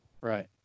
Right